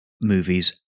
movies